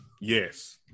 Yes